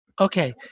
Okay